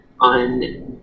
on